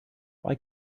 why